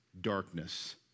darkness